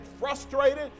frustrated